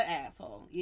asshole